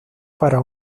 para